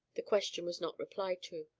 the question was not replied to.